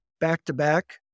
back-to-back